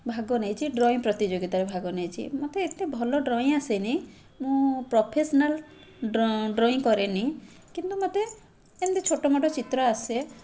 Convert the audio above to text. ଭାଗ ନେଇଛି ଡ୍ରଇଁ ପ୍ରତିଯୋଗିତାରେ ଭାଗ ନେଇଛି ମୋତେ ଏତେ ଭଲ ଡ୍ରଇଁ ଆସେନି ମୁଁ ପ୍ରଫେସନାଲ୍ ଡ୍ର ଡ୍ରଇଁ କରେନି କିନ୍ତୁ ମୋତେ ଏମତି ଛୋଟମୋଟ ଚିତ୍ର ଆସେ